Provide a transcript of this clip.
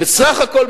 בסך הכול,